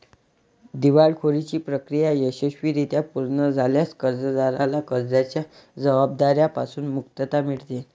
दिवाळखोरीची प्रक्रिया यशस्वीरित्या पूर्ण झाल्यास कर्जदाराला कर्जाच्या जबाबदार्या पासून मुक्तता मिळते